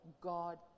God